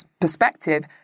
perspective